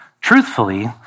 truthfully